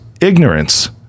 ignorance